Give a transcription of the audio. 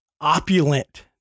opulent